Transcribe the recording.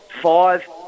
five